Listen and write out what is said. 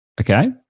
okay